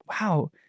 wow